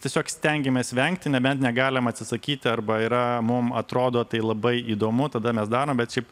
tiesiog stengiamės vengti nebent negalim atsisakyti arba yra mum atrodo tai labai įdomu tada mes darom bet šiaip